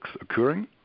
occurring